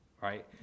right